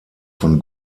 von